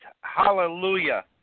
Hallelujah